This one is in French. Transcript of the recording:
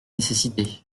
nécessité